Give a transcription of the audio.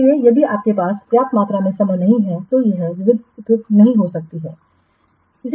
इसलिए यदि आपके पास पर्याप्त मात्रा में समय नहीं है तो यह विधि उपयुक्त नहीं हो सकती है